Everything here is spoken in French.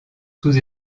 sous